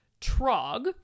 Trog